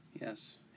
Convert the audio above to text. Yes